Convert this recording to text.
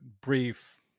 brief